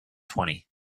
twenty